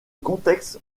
contexte